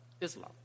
Islam